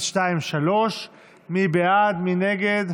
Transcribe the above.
עם עיוורון המלווים בכלבי נחייה (תיקון,